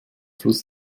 fluss